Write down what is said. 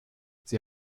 sie